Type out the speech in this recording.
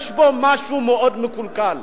יש בו משהו מאוד מקולקל,